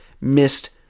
missed